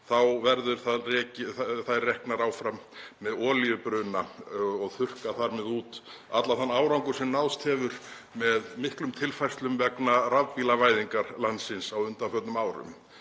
þá verða þær reknar áfram með olíubruna og þurrka þar með út allan þann árangur sem náðst hefur með miklum tilfærslum vegna rafbílavæðingar landsins á undanförnum árum,